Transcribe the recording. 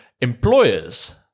employers